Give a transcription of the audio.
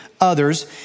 others